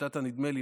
בשיטת ה"נדמה לי",